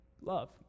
Love